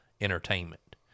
entertainment